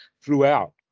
throughout